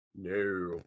No